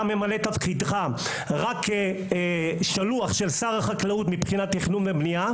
אתה ממלא את תפקידך רק כשלוח של שר החקלאות מבחינת תכנון ובנייה.